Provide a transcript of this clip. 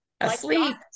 Asleep